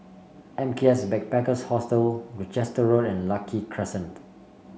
M K S Backpackers Hostel Gloucester Road and Lucky Crescent